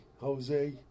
Jose